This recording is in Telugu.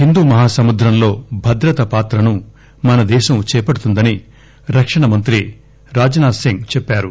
హిందూ మహాసముద్రంలో భద్రత పాత్రను మన దేశం చేపడుతుందని రక్షణ మంత్రి రాజ్ నాథ్ సింగ్ చెప్పారు